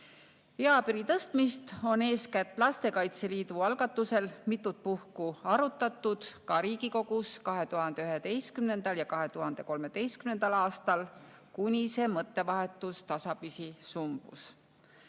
tõstmist on eeskätt Lastekaitse Liidu algatusel mitut puhku arutatud, ka Riigikogus 2011. ja 2013. aastal, kuni see mõttevahetus tasapisi sumbus.